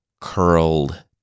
curled